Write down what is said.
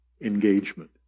engagement